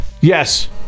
Yes